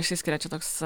išsiskiria čia toks